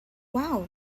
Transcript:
wow